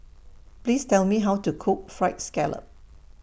Please Tell Me How to Cook Fried Scallop